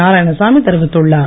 நாராயணசாமி தெரிவித்துள்ளார்